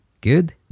Good